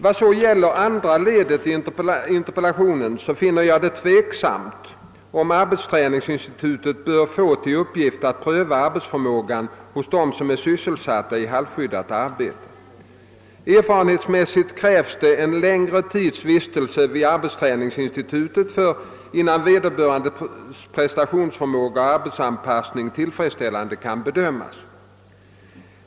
Vad så gäller andra ledet i interpellationen finner jag det tveksamt om arbetsträningsinstituten bör få till uppgift att pröva arbetsförmågan hos dem som är sysselsatta i halvskyddat arbete. Erfarenhetsmässigt krävs det en längre tids vistelse vid arbetsträningsinstitut innan vederbörandes prestationsförmåga och arbetsanpassning tillfredsställande kan bedömas.